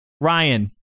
Ryan